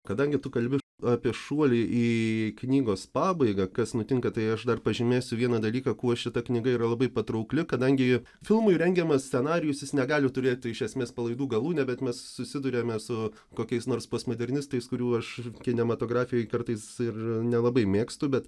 kadangi tu kalbi apie šuolį į knygos pabaigą kas nutinka tai aš dar pažymėsiu vieną dalyką kuo šita knyga yra labai patraukli kadangi filmui rengiamas scenarijus jis negali turėti iš esmės palaidų galų nebent mes susiduriame su kokiais nors postmodernistais kurių aš kinematografijoj kartais ir nelabai mėgstu bet